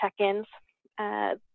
check-ins